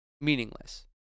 meaningless